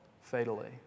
fatally